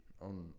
on